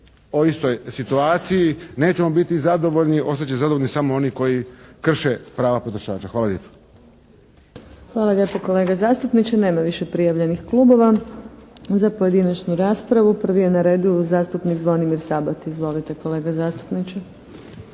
o istoj situaciji. Nećemo biti zadovoljni, ostati će zadovoljni samo oni koji krše prava potrošača. Hvala lijepo. **Adlešič, Đurđa (HSLS)** Hvala lijepo kolega zastupniče. Nema više prijavljenih klubova. Za pojedinačnu raspravu, prvi je na redu zastupnik Zvonimir Sabati. Izvolite kolega zastupniče.